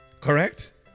Correct